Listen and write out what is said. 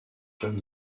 john